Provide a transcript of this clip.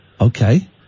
Okay